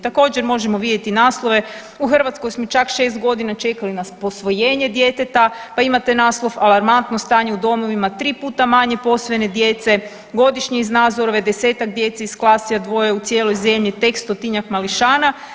Također možemo vidjeti naslove u Hrvatskoj smo čak šest godina čekali na posvojenje djeteta, pa imate naslov alarmantno stanje u domovima, tri puta manje posvojenje djece, godišnje iz Nazorove desetak djece iz … dvoje u cijeloj zemlji tek stotinjak mališana.